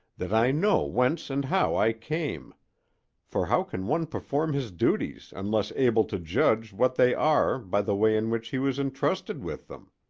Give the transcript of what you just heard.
that i know whence and how i came for how can one perform his duties unless able to judge what they are by the way in which he was intrusted with them?